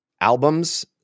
albums